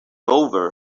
over